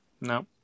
No